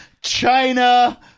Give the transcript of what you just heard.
China